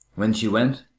when she went,